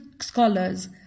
scholars